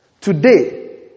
today